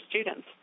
students